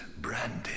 branded